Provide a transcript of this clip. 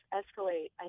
escalate